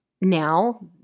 now